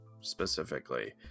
specifically